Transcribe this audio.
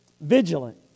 Vigilant